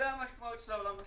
זאת המשמעות של העולם השלישי.